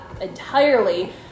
entirely